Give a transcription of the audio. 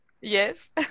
Yes